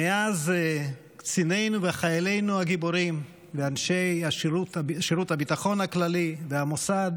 מאז קצינינו וחיילינו הגיבורים ואנשי שירות הביטחון הכללי והמוסד